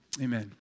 Amen